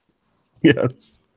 Yes